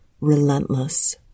relentless